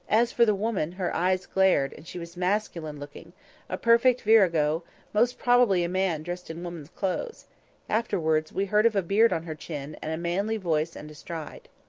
as for the woman, her eyes glared, and she was masculine-looking a perfect virago most probably a man dressed in woman's clothes afterwards, we heard of a beard on her chin, and a manly voice and a stride.